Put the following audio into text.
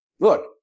look